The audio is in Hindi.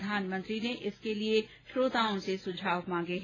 प्रधानमंत्री ने इसके लिए श्रोताओं से सुझाव मांगे हैं